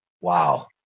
wow